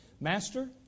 Master